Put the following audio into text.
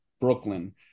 Brooklyn